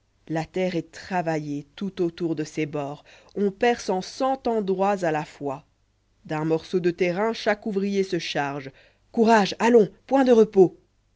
la terre est travaillée tout autour de ses bords on perce en cent endroits ajta fois d un morceau de terrain chaque ouvrier se charge courage allons point ne repos